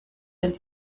den